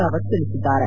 ರಾವತ್ ತಿಳಿಸಿದ್ದಾರೆ